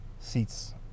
Seats